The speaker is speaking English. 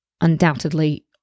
undoubtedly